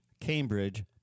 Cambridge